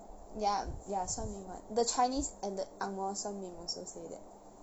ya ya 算命 [one] the chinese and the ang moh 算命 also say that